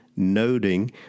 noting